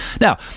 now